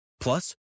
plus